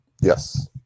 Yes